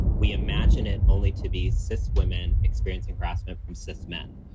we imagine it only to be cis women experiencing harassment from cis men.